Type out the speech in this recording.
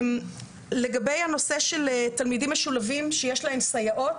לגבי הנושא של תלמידים משולבים שיש להם סייעות,